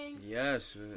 Yes